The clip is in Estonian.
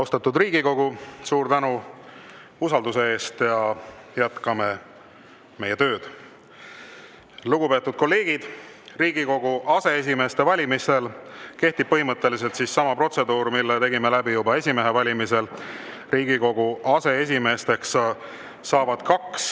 Austatud Riigikogu, suur tänu usalduse eest! Jätkame meie tööd. Lugupeetud kolleegid, Riigikogu aseesimeeste valimisel kehtib põhimõtteliselt sama protseduur, mille tegime läbi juba esimehe valimisel. Riigikogu aseesimeesteks saavad kaks